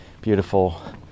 beautiful